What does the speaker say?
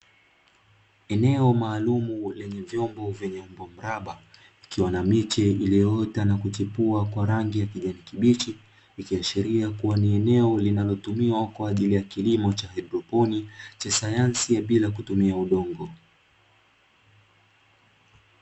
Eneo maalumu lenye vombo vya umbo mramba, likiwa na miche iliyoota na kuchipua kwa rangi ya kijani kibichi ikiashiria kuwa ni eneo linalotumia kwa kilimo cha (haydroponi) cha sayansi ya bila kutumia udongo.